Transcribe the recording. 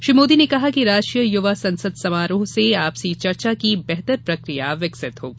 श्री मोदी ने कहा कि राष्ट्रीय युवा संसद समारोह से आपसी चर्चा की बेहतर प्रक्रिया विकसित होगी